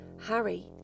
Harry